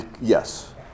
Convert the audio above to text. Yes